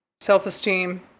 self-esteem